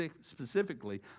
specifically